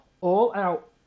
all-out